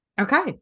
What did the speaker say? Okay